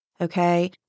Okay